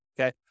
okay